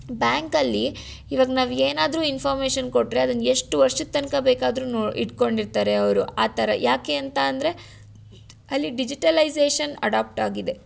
ಬ್ಯಾಂಕಲ್ಲಿ ಇವಾಗ ನಾವು ಏನಾದರೂ ಇನ್ಫೋಮೇಷನ್ ಕೊಟ್ಟರೆ ಅದನ್ನು ಎಷ್ಟು ವರ್ಷದ ತನಕ ಬೇಕಾದರೂ ನೋ ಇಡ್ಕೊಂಡಿರ್ತಾರೆ ಅವರು ಆ ಥರ ಯಾಕೆ ಅಂತಂದರೆ ಅಲ್ಲಿ ಡಿಜಿಟಲೈಜೇಷನ್ ಅಡಾಪ್ಟ್ ಆಗಿದೆ